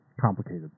complicated